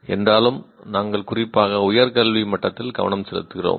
என்றாலும் நாம் குறிப்பாக உயர் கல்வி மட்டத்தில் கவனம் செலுத்துகிறோம்